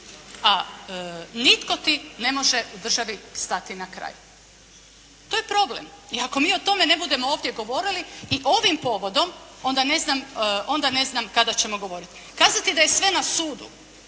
a nitko ti ne može u državi stati na kraj. To je problem i ako mi o tome ne budemo ovdje govorili i ovim povodom, onda ne znam kada ćemo govoriti. Kazati da je sve na sudu,